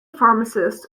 pharmacist